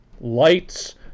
lights